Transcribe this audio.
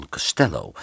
Costello